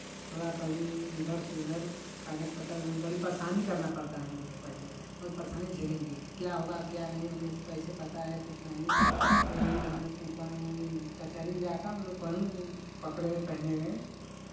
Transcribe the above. थोड़ा इधर से उधर कागज़ पत्तर बड़ी परेशानी करना पड़ता है हमलोग को पहले बहुत परेशानी झेलेंगे कि क्या होगा क्या नहीं हमलोग को कैसे पता है कुछ नहीं तो हमलोग को कचहरी में जा कर हमलोग कानून पकड़े पहनेंगे